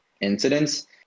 incidents